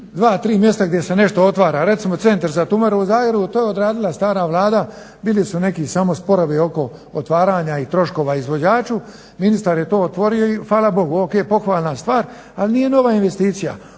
dva, tri mjesta gdje se nešto otvara, recimo Centar za tumore u Zagrebu, to je odradila stara Vlada, bili su neki samo sporovi oko otvaranja i troškova izvođaču. Ministar je to otvorio i hvala Bogu, ok, pohvalna stvar, ali nije nova investicija.